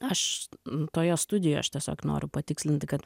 aš toje studijoje aš tiesiog noriu patikslinti kad